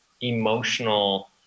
emotional